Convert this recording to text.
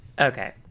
Okay